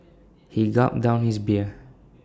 he gulped down his beer